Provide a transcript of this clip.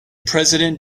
president